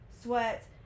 sweats